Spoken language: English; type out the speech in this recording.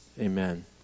Amen